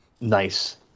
Nice